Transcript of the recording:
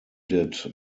did